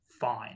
fine